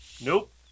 Nope